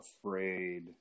afraid